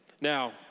Now